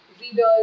readers